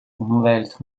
umwelt